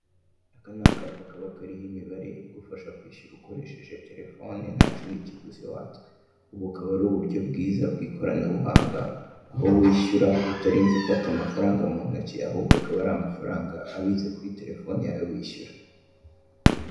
Aka ni akapa kaba kariho imibara igufasha kwishyura ukoresheje telephone ntakindi kiguzi watswe, ubu bukaba ari uburyo bwiza bw'ikoranabuhanga aho wishyura utarinze ufata amafaranga mu ntoki ahubwo akaba ari amafaranga abitse kuri telephone yawe wishyura.